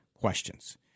questions